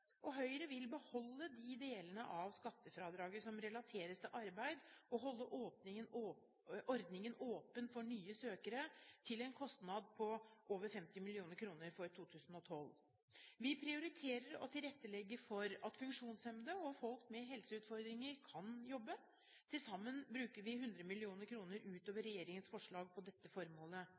Høyre vil beholde de delene av skattefradraget som relateres til arbeid, og holde ordningen åpen for nye søkere, til en kostnad på over 50 mill. kr for 2012. Vi prioriterer å tilrettelegge for at funksjonshemmede og folk med helseutfordringer kan jobbe. Til sammen bruker vi 100 mill. kr utover regjeringens forslag på dette formålet.